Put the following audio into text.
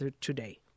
today